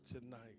tonight